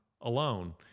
alone